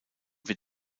wird